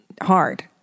hard